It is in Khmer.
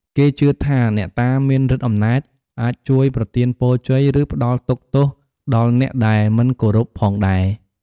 គេជឿថាអ្នកតាមានឫទ្ធិអំណាច អាចជួយប្រទានពរជ័យ ឬផ្ដល់ទុក្ខទោសដល់អ្នកដែលមិនគោរពផងដែរ។